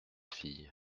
fille